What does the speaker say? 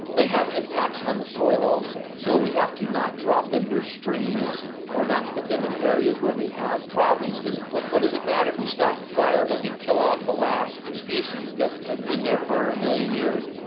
they have impacts on the soil also. so we have to not drop them your streams or not put them in areas where we have problems, because what what does it matter if we stop the fire but we kill off the last species that has been there for a million years?